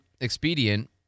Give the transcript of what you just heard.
expedient